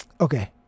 Okay